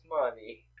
money